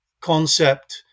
concept